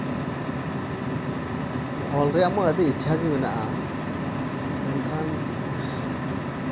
ᱚᱞ ᱨᱮᱭᱟᱜ ᱢᱟ ᱟᱹᱰᱤ ᱤᱪᱪᱷᱟ ᱜᱮ ᱢᱮᱱᱟᱜᱼᱟ ᱢᱮᱱᱠᱷᱟᱱ